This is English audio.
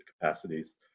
capacities